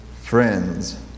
friends